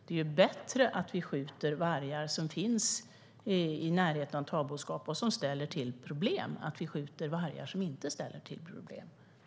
Det är bättre att vi skjuter vargar som finns i närheten av tamboskap och som ställer till problem än att vi skjuter vargar som inte ställer till problem.